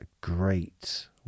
great